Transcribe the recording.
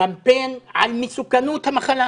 קמפיין על מסוכנות המחלה.